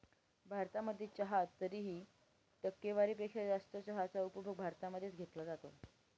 भारतामध्ये चहा तरीही, टक्केवारी पेक्षा जास्त चहाचा उपभोग भारतामध्ये च घेतला जातो